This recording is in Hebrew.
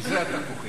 אתה פשוט